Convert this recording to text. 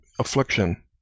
affliction